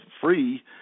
free